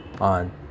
on